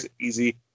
easy